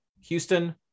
houston